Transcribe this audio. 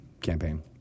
campaign